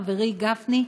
חברי גפני,